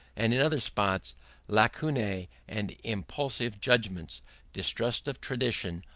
and in other spots lacunae and impulsive judgments distrust of tradition,